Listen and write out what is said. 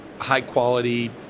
high-quality